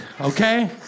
Okay